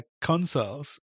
consoles